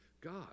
god